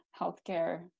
healthcare